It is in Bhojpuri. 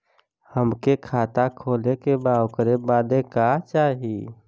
हमके खाता खोले के बा ओकरे बादे का चाही?